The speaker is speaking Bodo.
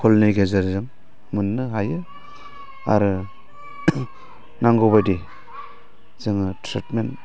कलनि गेजेरजों मोननो हायो आरो नांगौ बायदि जोङो त्रितमेन्ट